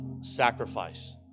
sacrifice